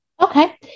Okay